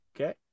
okay